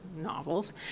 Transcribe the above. novels